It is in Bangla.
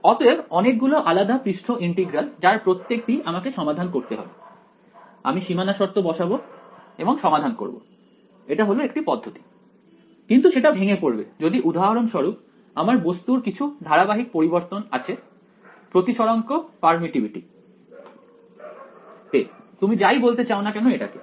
অতএব অনেকগুলো আলাদা পৃষ্ঠ ইন্টিগ্রাল যার প্রত্যেকটি আমাকে সমাধান করতে হবে আমি সীমানা শর্ত বসাবো এবং সমাধান করব এটা হল একটা পদ্ধতি কিন্তু সেটা ভেঙে পড়বে যদি উদাহরণস্বরূপ আমার বস্তুর কিছু ধারাবাহিক পরিবর্তন আছে প্রতিসরাঙ্ক পারমিটিভিটি তে তুমি যাই বলতে চাও না কেন এটাকে